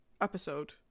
episode